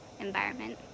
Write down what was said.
environment